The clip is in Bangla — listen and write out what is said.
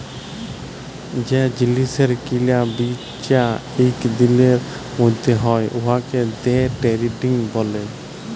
যে জিলিসের কিলা বিচা ইক দিলের ম্যধে হ্যয় উয়াকে দে টেরেডিং ব্যলে